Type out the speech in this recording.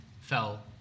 fell